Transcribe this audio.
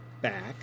back